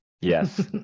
Yes